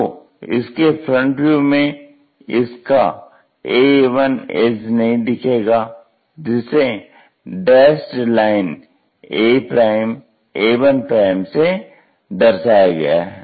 तो इसके front view में इसका AA1 एज नहीं दिखेगा जिसे डैस्ड लाइन aa1 से दर्शाया गया है